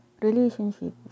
relationship